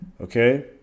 Okay